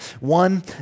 One